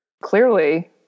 Clearly